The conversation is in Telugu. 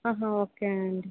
ఓకే అండి